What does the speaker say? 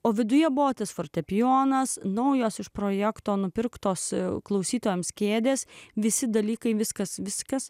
o viduje būtent fortepijonas naujos iš projekto nupirktos klausytojams kėdės visi dalykai viskas viskas